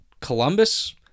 Columbus